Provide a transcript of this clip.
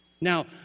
Now